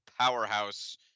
powerhouse